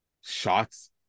shots